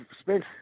spent